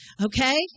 Okay